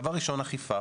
דבר ראשון, אכיפה,